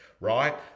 right